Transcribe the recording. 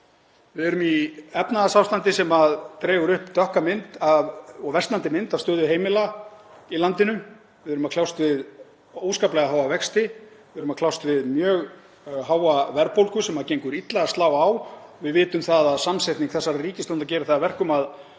Við erum í efnahagsástandi sem dregur upp dökka og versnandi mynd af stöðu heimila í landinu. Við erum að kljást við óskaplega háa vexti. Við erum að kljást við mjög háa verðbólgu sem gengur illa að slá á. Við vitum að samsetning þessarar ríkisstjórnar gerir það að verkum að